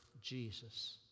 Jesus